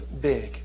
big